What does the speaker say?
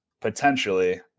potentially